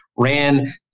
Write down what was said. ran